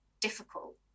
difficult